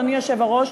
אדוני היושב-ראש,